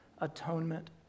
atonement